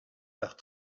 nach